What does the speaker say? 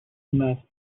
must